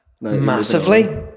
Massively